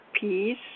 peace